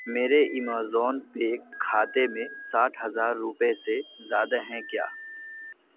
میرے ایمازون پے کھاتے میں ساٹھ ہزار روپئے سے زیادہ ہیں کیا